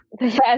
Yes